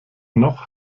noch